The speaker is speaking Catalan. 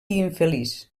infeliç